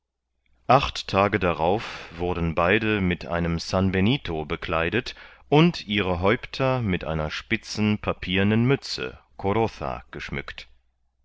acht tage darauf wurden beide mit einem sanbenito bekleidet und ihre häupter mit einer spitzen papiernen mütze coroza geschmückt